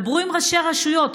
דברו עם ראשי רשויות,